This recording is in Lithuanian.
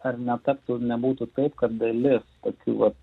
ar netaptų nebūtų taip kad dalis tokių vat